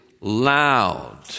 loud